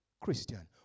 Christian